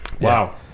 Wow